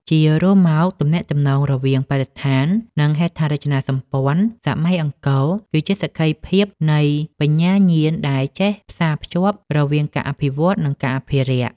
ជារួមមក ទំនាក់ទំនងរវាងបរិស្ថាន និងហេដ្ឋារចនាសម្ព័ន្ធសម័យអង្គរ គឺជាសក្ខីភាពនៃបញ្ញាញាណដែលចេះផ្សារភ្ជាប់រវាងការអភិវឌ្ឍ និងការអភិរក្ស។